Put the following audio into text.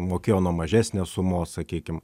mokėjo nuo mažesnės sumos sakykim